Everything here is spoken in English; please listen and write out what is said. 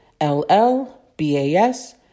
LLBAS